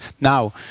Now